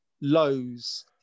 lows